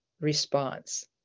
response